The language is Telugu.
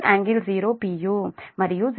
u మరియు 0